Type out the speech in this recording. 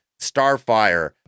Starfire